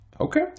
okay